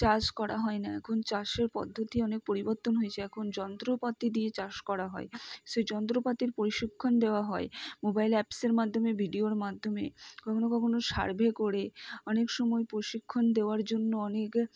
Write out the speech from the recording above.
চাষ করা হয় না এখন চাষের পদ্ধতি অনেক পরিবর্তন হয়েছে এখন যন্ত্রপাতি দিয়ে চাষ করা হয় সেই যন্ত্রপাতির প্রশিক্ষণ দেওয়া হয় মোবাইল অ্যাপসের মাধ্যমে ভিডিওর মাধ্যমে কখনো কখনো সার্ভে করে অনেক সময় প্রশিক্ষণ দেওয়ার জন্য অনেক